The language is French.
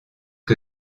que